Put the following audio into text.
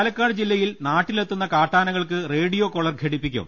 പാലക്കാട് ജില്ലയിൽ നാട്ടിലെത്തുന്ന കാട്ടാനകൾക്ക് റേഡിയോ കോളർ ഘടിപ്പിക്കും